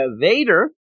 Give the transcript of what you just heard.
Vader